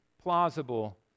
plausible